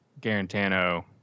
Garantano